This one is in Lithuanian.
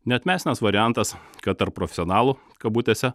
neatmestinas variantas kad tarp profesionalų kabutėse